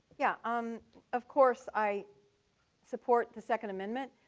yeah um of course, i support the second amendment,